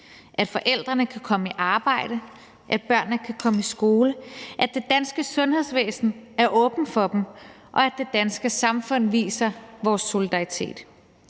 at forældrene kan komme i arbejde, at børnene kan komme i skole, at det danske sundhedsvæsen er åbent for dem, og at det danske samfund viser vores solidaritet.